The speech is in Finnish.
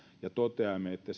ja toteamme että